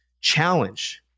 challenge